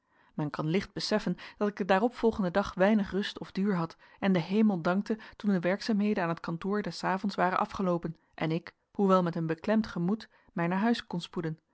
men kan licht beseffen dat ik den daaropvolgenden dag weinig rust of duur had en den hemel dankte toen de werkzaamheden aan het kantoor des avonds waren afgeloopen en ik hoewel met een beklemd gemoed mij naar huis kon spoeden